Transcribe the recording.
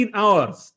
hours